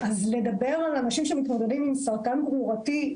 אז לדבר על אנשים שמתמודדים עם סרטן גרורתי,